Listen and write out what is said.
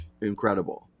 incredible